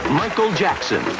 michael jackson,